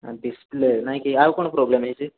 display ନାହିଁକି ଆଉ କ'ଣ ପ୍ରୋବ୍ଲେମ୍ ହେଇଛି